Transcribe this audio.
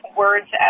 words